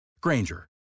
Granger